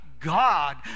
God